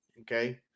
okay